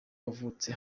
wavutse